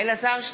אלעזר שטרן,